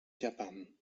japan